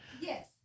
Yes